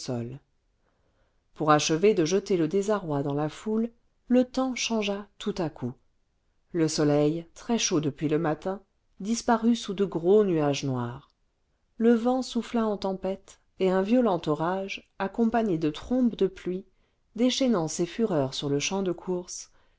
pour achever de jeter le désarroi dans la foule le temps changea tout à coup le soleil très chaud depuis le matin disparut sous de gros nuages noirs le vent souffla en tempête et un violent orage accompagné de trombes de pluie déchaînant ses fureurs sur le champ de courses